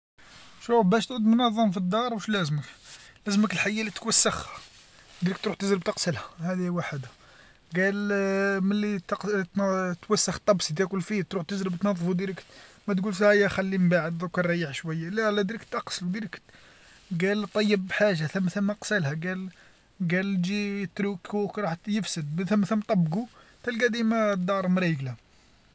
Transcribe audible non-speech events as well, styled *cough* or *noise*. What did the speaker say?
شوف باش تعود منظم في الدار واش لازمك، لازمك الحيه اللي توسخ مباشرة تروح تزرب تغسلها، هادي وحده، قال *hesitation* ملي ت- توسخ طبسي تاكل فيه تروح تزرب تنظفو مباشرة ما تقولش أيا خلي من بعد دوك نريح شويه، لا لا مباشرة تغسلة مباشرة، قال تطيب بحاجه ثم ثم غسلها، قال قال تجي تريكوك راه يبست، ثم ثم طبقو، تلقى ديما *hesitation* الدار مريقله.